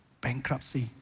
bankruptcy